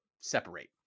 separate